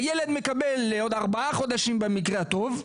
הילד מקבל לעוד ארבעה חודשים במקרה הטוב.